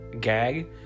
Gag